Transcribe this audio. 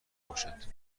باشند